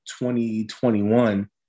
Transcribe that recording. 2021